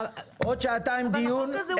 עוד שעתיים דיון,